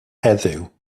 heddiw